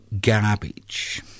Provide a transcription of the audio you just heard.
garbage